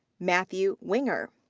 matthew winger.